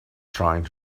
trying